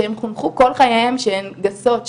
שהם חונכו כל חייהם שהן גסות,